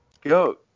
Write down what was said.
Go